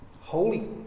Holy